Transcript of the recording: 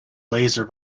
laser